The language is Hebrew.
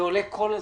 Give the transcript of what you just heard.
זה עולה כל הזמן.